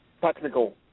technical